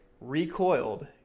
recoiled